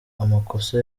amakosa